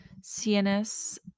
CNS